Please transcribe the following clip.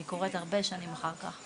היא קורית הרבה שנים אחר כך,